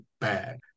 bad